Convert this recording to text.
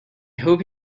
hope